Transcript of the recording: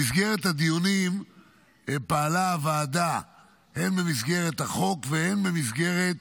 במסגרת הדיונים פעלה הוועדה הן במסגרת החוק והן במסגרת